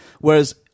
whereas